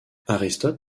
aristote